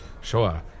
Sure